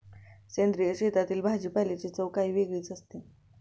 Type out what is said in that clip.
सेंद्रिय शेतातील भाजीपाल्याची चव काही वेगळीच लागते